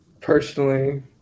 personally